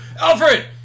Alfred